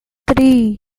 three